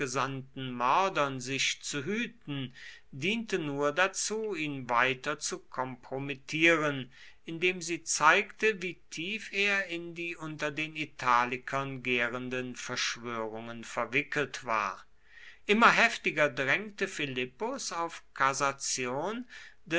ausgesandten mördern sich zu hüten diente nur dazu ihn weiter zu kompromittieren indem sie zeigte wie tief er in die unter den italikern gärenden verschwörungen verwickelt war immer heftiger drängte philippus auf kassation